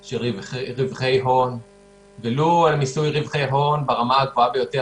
של רווחי הון ולו על מיסוי רווחי הון בדרגה הגבוהה ביותר.